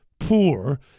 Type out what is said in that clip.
Poor